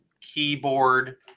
keyboard